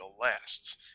lasts